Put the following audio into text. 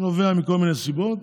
זה נובע מכל מיני סיבות,